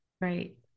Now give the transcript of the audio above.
Right